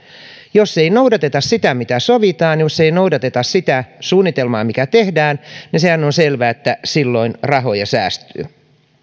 jos ei noudateta sitä mitä sovitaan jos ei noudateta sitä suunnitelmaa mikä tehdään niin sehän on selvää että silloin rahoja säästyy